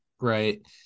right